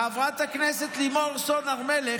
חברת הכנסת לימור סון הר מלך,